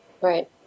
right